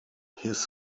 his